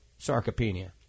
sarcopenia